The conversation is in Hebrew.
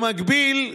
במקביל,